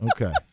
Okay